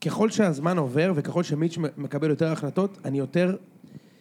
ככל שהזמן עובר וככל שמיצ' מקבל יותר החלטות, אני יותר...